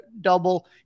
double